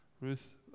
Ruth